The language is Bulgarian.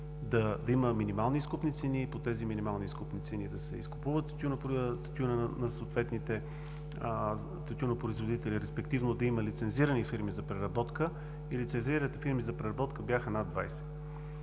да има минимални изкупни цени и по тези минимални изкупни цени да се изкупува тютюнът на съответните тютюнопроизводители, респективно да има лицензирани фирми за преработка. Лицензираните фирми за преработка бяха над 20.